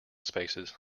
spaces